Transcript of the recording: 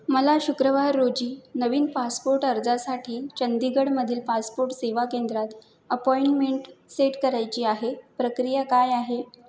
मला शुक्रवार रोजी नवीन पासपोर्ट अर्जासाठी चंदीगडमधील पासपोर्ट सेवा केंद्रात अपॉइंटमेंट सेट करायची आहे प्रक्रिया काय आहे